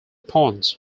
ponds